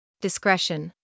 discretion